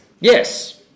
Yes